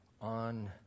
on